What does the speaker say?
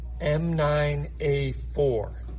M9A4